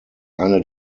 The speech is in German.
eine